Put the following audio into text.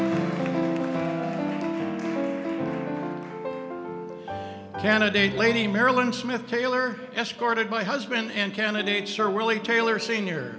candidate lady marilyn smith taylor escorted my husband and candidates are really tailor senior